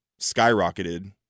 skyrocketed